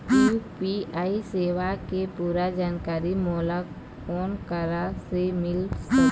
UPI सेवा के पूरा जानकारी मोला कोन करा से मिल सकही?